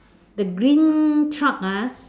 the green truck ah